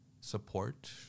support